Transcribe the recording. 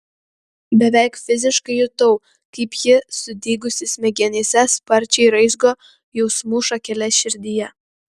beveik fiziškai jutau kaip ji sudygusi smegenyse sparčiai raizgo jausmų šakeles širdyje